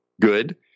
good